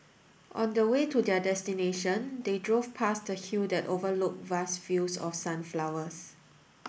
on the way to their destination they drove past a hill that overlook vast fields of sunflowers